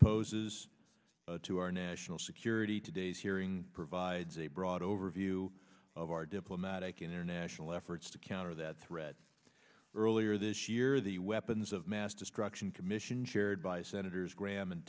poses to our national security today's hearing provides a broad overview of our diplomatic international efforts to counter that threat earlier this year the weapons of mass destruction commission chaired by senators graham and